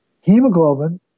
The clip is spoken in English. hemoglobin